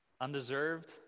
undeserved